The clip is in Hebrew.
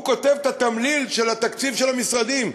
הוא כותב את התמליל של התקציב של המשרדים,